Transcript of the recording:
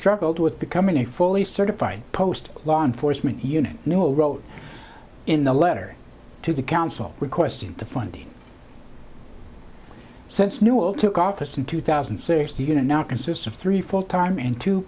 struggled with becoming a fully certified post law enforcement unit newell wrote in the letter to the council requesting the funding since newell took office in two thousand and sixty going to now consists of three full time and two